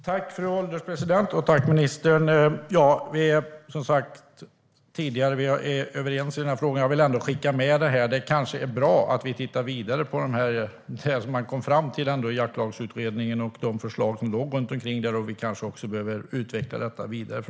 Fru ålderspresident! Vi är, som har sagts tidigare, överens i den här frågan. Jag vill ändå skicka med att det kanske är bra att vi tittar vidare på det som man kom fram till i Jaktlagsutredningen och de förslag som kom då. Vi kanske också behöver vidareutveckla detta framöver.